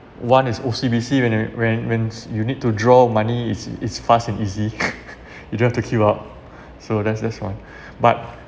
one is O_C_B_C when it when when s~ you need to draw money it's it's fast and easy you don't have to queue up so that's that's one but